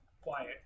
Quiet